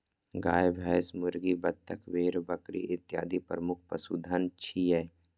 गाय, भैंस, मुर्गी, बत्तख, भेड़, बकरी इत्यादि प्रमुख पशुधन छियै